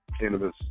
cannabis